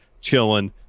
Chilling